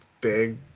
big